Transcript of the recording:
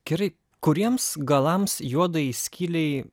gerai kuriems galams juodajai skylei